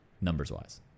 numbers-wise